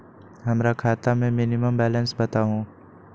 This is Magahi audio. हमरा खाता में मिनिमम बैलेंस बताहु?